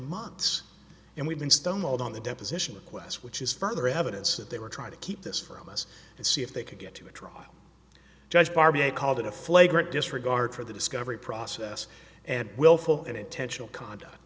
months and we've been stonewalled on the deposition requests which is further evidence that they were trying to keep this from us and see if they could get to a trial judge bar b i called it a flagrant disregard for the discovery process and willful and intentional con